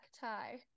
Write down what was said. tie